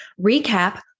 recap